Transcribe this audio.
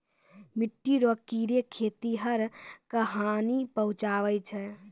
मिट्टी रो कीड़े खेतीहर क हानी पहुचाबै छै